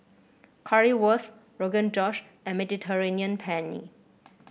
Currywurst Rogan Josh and Mediterranean Penne